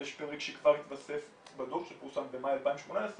אז יש פרק שכבר התבסס בדו"ח שפורסם במאי 2018,